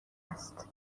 است